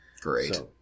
Great